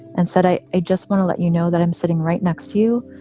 and said, i i just want to let you know that i'm sitting right next to you.